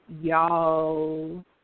Y'all